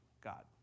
God